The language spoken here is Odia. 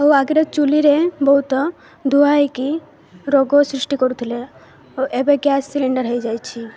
ଆଉ ଆଗରେ ଚୁଲ୍ହିରେ ବହୁତ ଧୂଆଁ ହେଇକି ରୋଗ ସୃଷ୍ଟି କରୁଥିଲେ ଏବେ ଗ୍ୟାସ୍ ସିଲିଣ୍ଡର୍ ହେଇଯାଇଛି